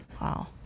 Wow